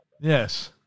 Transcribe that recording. Yes